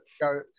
go